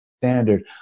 standard